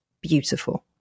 beautiful